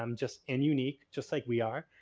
um just, and unique, just like we are.